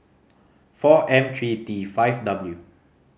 four M three T five W